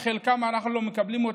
חלקן אנחנו לא מקבלים,